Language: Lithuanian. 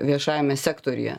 viešajame sektoriuje